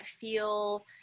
feel